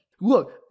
Look